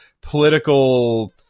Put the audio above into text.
political